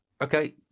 okay